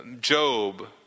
Job